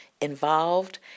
involved